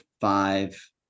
five